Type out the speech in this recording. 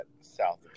south